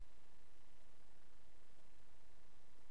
כשראש